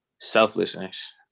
selflessness